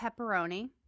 pepperoni